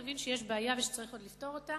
נבין שיש בעיה ושצריך עוד לפתור אותה,